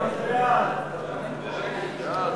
ההצעה להעביר את הצעת